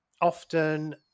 often